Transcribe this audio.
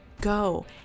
go